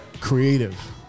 creative